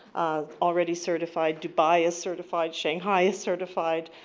already certified dubai is certified, shanghai is certified.